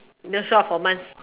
no show up for months